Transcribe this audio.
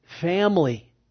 family